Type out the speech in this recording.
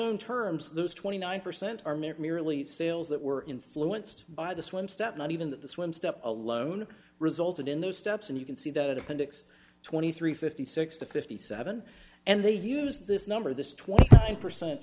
own terms those twenty nine percent are merely sales that were influenced by this one step not even that this one step alone resulted in those steps and you can see that appendix twenty three fifty six to fifty seven and they've used this number this twenty percent